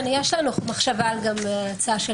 כן, יש לנו מחשבה גם על הצעה.